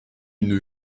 d’une